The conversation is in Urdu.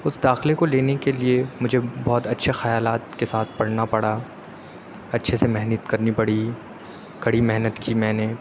اُس داخلے کو لینے کے لیے مجھے بہت اچھے خیالات کے ساتھ پڑھنا پڑا اچھے سے محنت کرنی پڑی کڑی محنت کی میں نے